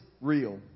real